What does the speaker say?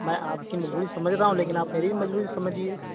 میں آپ کی مجبوری سمجھ رہا ہوں لیکن آپ میری بھی مجبوری سمجھیے